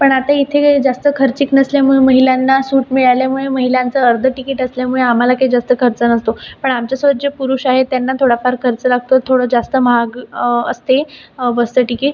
पण आता इथे जास्त खर्चिक नसल्यामुळं महिलांना सूट मिळाल्यामुळे महिलांचं अर्धं तिकिट असल्यामुळे आम्हाला काही जास्त खर्च नसतो पण आमच्यासोबत जे पुरुष आहे त्यांना थोडाफार खर्च लागतो थोडा जास्त महाग असते बसचं टीके